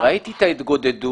ראיתי את ההתגודדות